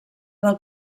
del